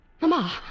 Mama